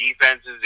defenses